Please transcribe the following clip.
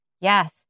Yes